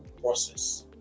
process